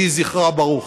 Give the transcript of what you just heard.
יהי זכרה ברוך.